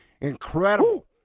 Incredible